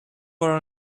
were